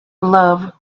love